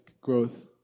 growth